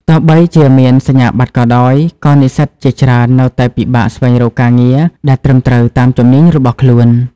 ទោះបីជាមានសញ្ញាបត្រក៏ដោយ ក៏និស្សិតជាច្រើននៅតែពិបាកស្វែងរកការងារដែលត្រឹមត្រូវតាមជំនាញរបស់ខ្លួន។